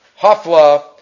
hafla